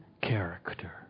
character